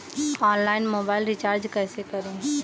Online mobile recharge कैसे करें?